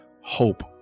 hope